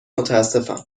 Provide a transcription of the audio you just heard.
متاسفم